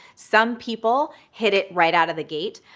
some people hit it right out of the gate.